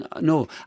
no